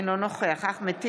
אינו נוכח אחמד טיבי,